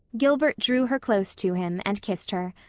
gilbert drew her close to him and kissed her.